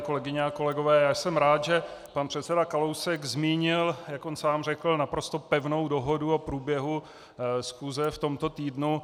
Kolegyně a kolegové, jsem rád, že pan předseda Kalousek změnil naprosto pevnou dohodu o průběhu schůze v tomto týdnu.